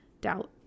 doubt